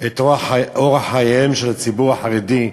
את אורח חייו של הציבור החרדי,